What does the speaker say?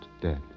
dead